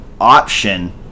option